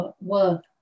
work